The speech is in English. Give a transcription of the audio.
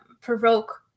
provoke